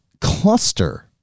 cluster